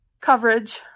coverage